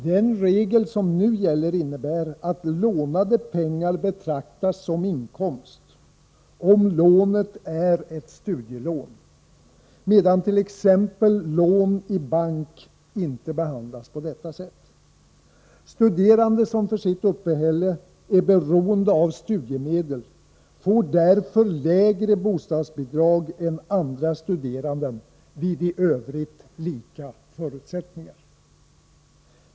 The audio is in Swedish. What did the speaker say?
Den regel som nu gäller innebär att lånade pengar betraktas som inkomst om lånet är ett studielån, medan t.ex. lån i bank inte behandlas på detta sätt. Studerande som för sitt uppehälle är beroende av studiemedel får därför lägre bostadsbidrag än andra studerande vid i övrigt lika förutsättningar.